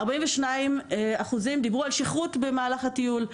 42% דיברו על שכרות במהלך הטיול.